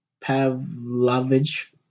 Pavlovich